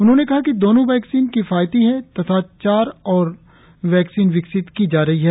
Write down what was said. उन्होंने कहा कि दोनों वैक्सीन किफायती हैं तथा चार और वैक्सीन विकसित की जा रही है